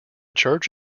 church